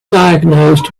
diagnosed